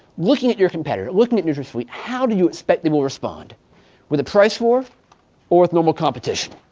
looking at your competitor, looking at nutrasweet, how do you expect they will respond with a price war or with normal competition?